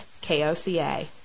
K-O-C-A